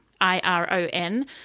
I-R-O-N